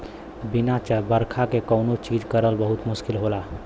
बिना बरखा क कौनो चीज करल बहुत मुस्किल होला